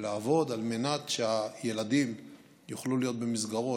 לעבוד על מנת שהילדים יוכלו להיות במסגרות